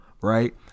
right